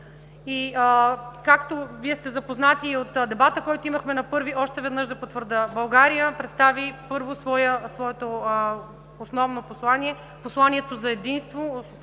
Както Вие сте запознати и от дебата, който имахме на първи, още веднъж да потвърдя: България представи, първо, своето основно послание – посланието за единство,